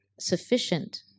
sufficient